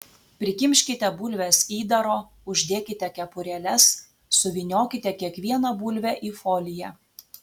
prikimškite bulves įdaro uždėkite kepurėles suvyniokite kiekvieną bulvę į foliją